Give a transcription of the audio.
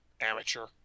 Amateur